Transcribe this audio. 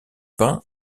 pain